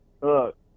Look